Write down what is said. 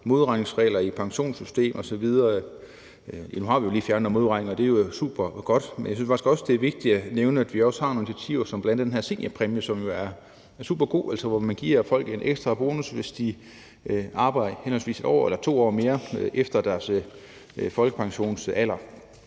modregningsregler i pensionssystemet osv. Nu har vi lige fjernet noget modregning, og det er jo supergodt, men jeg synes faktisk også, at det er vigtigt at nævne, at vi også har nogle initiativer som bl.a. den her seniorpræmie, som er supergod. Man giver folk en ekstra bonus, hvis de arbejder henholdsvis 1 år og 2 år mere efter deres folkepensionsalder.